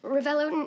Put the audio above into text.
Ravello